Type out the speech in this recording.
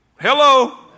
hello